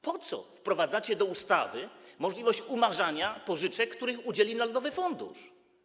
Po co wprowadzacie do ustawy możliwość umarzania pożyczek, których udzieli narodowy fundusz?